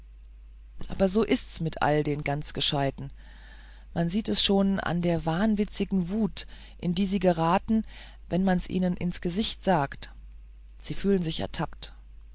aber so ist's bei allen den ganzgescheiten man sieht es schon an der wahnwitzigen wut in die sie geraten wenn man's ihnen ins gesicht sagt sie fühlen sich ertappt